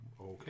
Okay